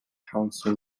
council